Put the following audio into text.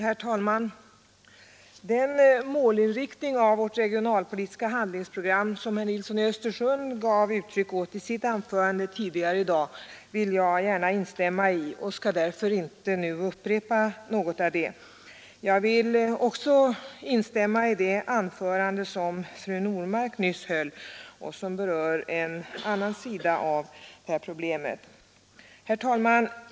Herr talman! Den målinriktning av vårt regionalpolitiska handlingsprogram som herr Nilsson i Östersund angav i sitt anförande tidigare i dag vill jag gärna instämma i och skall därför inte upprepa något av det han sade. Jag vill också instämma i det anförande som fru Normark nyss höll och som berörde en annan sida av lokaliseringsproblematiken. Herr talman!